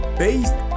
based